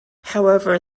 however